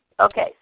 Okay